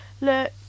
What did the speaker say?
look